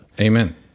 Amen